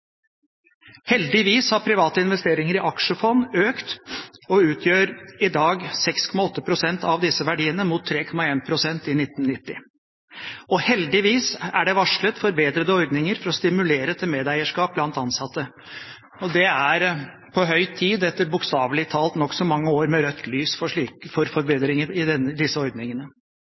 Heldigvis har private investeringer i aksjefond økt og utgjør i dag 6,8 pst. av disse verdiene mot 3,1 pst. i 1990. Heldigvis er det også varslet forbedrede ordninger for å stimulere til medeierskap blant ansatte. Det er på høy tid, etter bokstavelig talt nokså mange år med rødt lys, for forbedringer i disse ordningene.